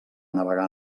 navegar